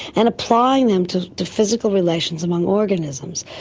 and applying them to to physical relations among organisms.